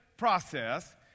process